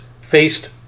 faced